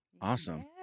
Awesome